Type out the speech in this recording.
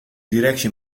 direksje